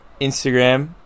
Instagram